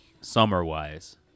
summer-wise